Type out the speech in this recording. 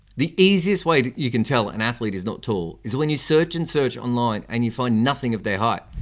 the easiest way you can tell an athlete is not tall is when you search and search online and you find nothing of their height.